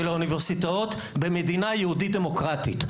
האוניברסיטאות במדינה יהודית דמוקרטית,